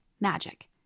magic